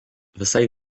visai